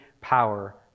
power